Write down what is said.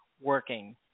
working